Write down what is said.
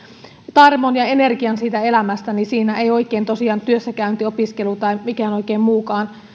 tarmon ja energian siitä elämästä ja siinä ei tosiaan oikein työssäkäynti opiskelu tai oikein mikään